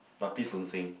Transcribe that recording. but please don't sing